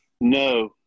No